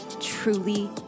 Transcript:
truly